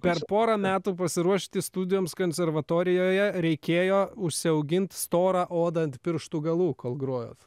per porą metų pasiruošti studijoms konservatorijoje reikėjo užsiaugint storą odą ant pirštų galų kol grojot